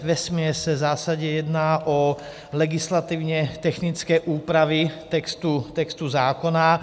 Vesměs se v zásadě jedná o legislativně technické úpravy textu zákona.